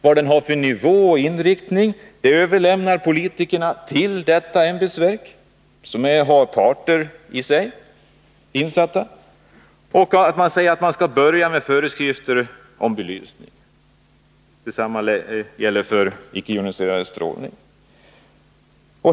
Vad den har för nivå och inriktning överlämnar politikerna till detta ämbetsverk, i vars styrelse ingår representanter för parterna. Man säger att man skall börja med föreskrifter om belysning. Detsamma gäller för icke-joniserande strålning.